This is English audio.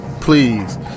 please